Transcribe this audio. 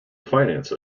finance